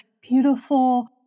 beautiful